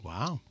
Wow